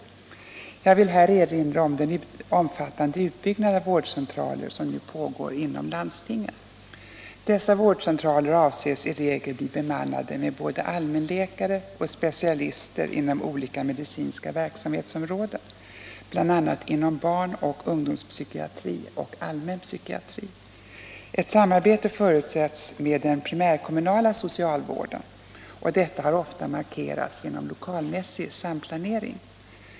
Jag vill här erinra om den omfattande utbyggnad av vårdcentraler som nu pågår inom landstingen. Dessa vårdcentraler avses i regel bli bemannade med både allmänläkare och specialister inom olika medicinska verksamhetsområden, bl.a. barn och ungdomspsykiatri och allmän psykiatri. Ett samarbete förutsätts med den primärkommunala socialvården, och detta har ofta markerats genom en lokalmässig samplanering.